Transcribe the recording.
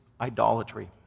idolatry